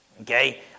Okay